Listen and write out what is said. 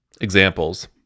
examples